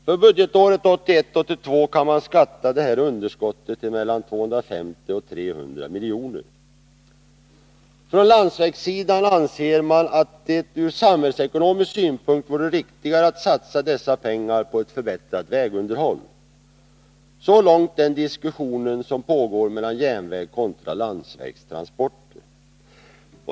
För budgetåret 1981/82 kan man uppskatta det underskottet till 250-300 milj.kr. Från landsvägssidan anser man att det ur samhällsekonomisk synpunkt vore riktigare att satsa dessa pengar på ett förbättrat vägunderhåll. Så långt den diskussion som pågår om järnväg kontra landsvägstransporter.